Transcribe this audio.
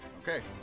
Okay